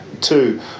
Two